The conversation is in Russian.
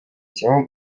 темам